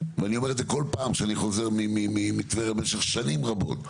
ואני אומר את זה כל פעם כשאני חוזר מטבריה במשך שנים רבות.